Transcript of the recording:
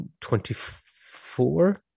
24